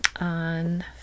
on